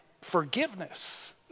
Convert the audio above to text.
forgiveness